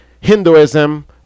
Hinduism